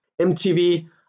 MTV